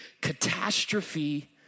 catastrophe